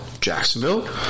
Jacksonville